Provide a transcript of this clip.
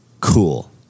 cool